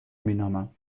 مینامم